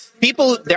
People